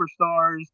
superstars